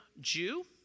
Jew